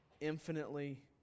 infinitely